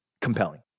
compelling